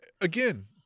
again